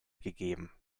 gegeben